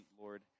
Lord